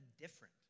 different